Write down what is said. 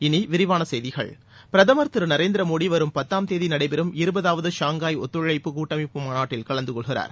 இனி விரிவான செய்திகள் பிரதமர் திருநரேந்திர மோடி வரும் பத்தாம் தேதி நடைபெறும் இருபதாவது ஷங்காய் ஒத்துழைப்பு கூட்டமைப்பு மாநாட்டில் கலந்து கொள்கிறார்